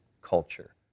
culture